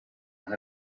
have